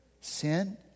sin